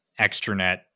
extranet